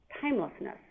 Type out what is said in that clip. timelessness